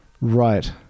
right